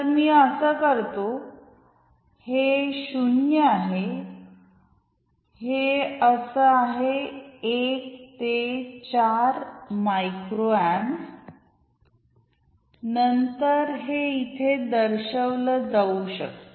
तर मी हे अस करतो हे 0 आहे हे असे आहे 1 ते 4 मायक्रो एम्प्स नंतर हे इथे दर्शविले जाऊ शकत